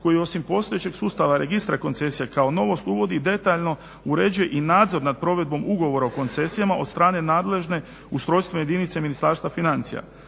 koju osim postojećeg sustava Registra koncesija kao novost uvodi i detaljno uređuje i nadzor nad provedbom ugovora o koncesijama od strane nadležne ustrojstvene jedinice Ministarstva financija.